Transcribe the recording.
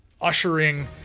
ushering